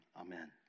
amen